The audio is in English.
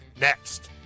next